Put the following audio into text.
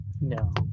no